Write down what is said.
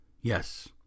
Yes